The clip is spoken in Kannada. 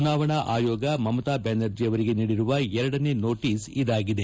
ಚುನಾವಣಾ ಆಯೋಗ ಮಮತಾ ಬ್ಯಾನರ್ಜಿ ಅವರಿಗೆ ನೀಡಿರುವ ಎರಡನೇ ನೋಟಸ್ ಇದಾಗಿದೆ